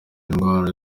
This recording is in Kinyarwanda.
indwara